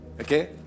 Okay